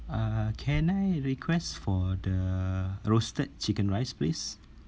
uh can I request for the roasted chicken rice please